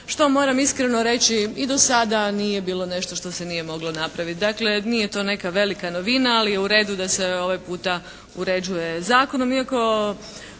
što moram iskreno reći i do sada nije bilo nešto što se nije moglo napraviti. Dakle, nije to neka velika novina ali je u redu da se ovaj puta uređuje zakonom